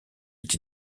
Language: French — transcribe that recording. est